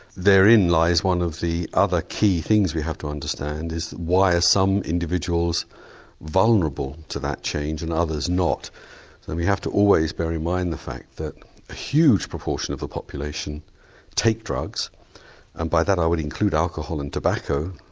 therein lies one of the other key things we have to understand is why are some individuals vulnerable to that change and others not and we have to always bear in mind the fact that a huge proportion of the population take drugs and by that i would include alcohol and tobacco,